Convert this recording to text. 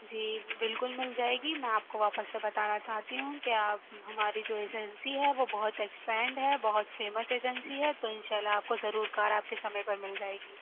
جی بالکل مِل جائے گی میں آپ کو واپس سے بتانا چاہتی ہوں کہ آپ ہماری جو ایجنسی ہے وہ بہت ایکسپینڈ ہے بہت فیمس ایجنسی ہے تو اِنشاء اللہ آپ کو ضرور کار آپ کے سمعے پر مِل جائے گی